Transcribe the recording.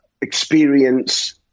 experience